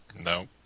No